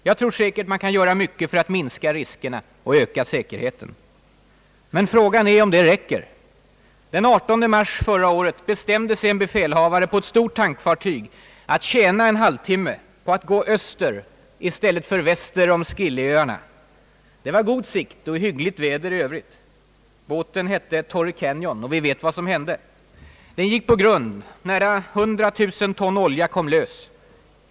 Jag tror säkert man kan göra mycket för att minska riskerna och öka säkerheten. Men frågan är om det räcker. Den 18 mars förra året bestämde sig en befälhavare på ett stort tankfartyg att tjäna en halvtimme på att gå öster i stället för väster om Scillyöarna. Det var god sikt och hyggligt väder i Övrigt. Båten hette Torrey Canyon, och vi vet vad som hände. Den gick på grund, nära 100 000 ton olja kom lös.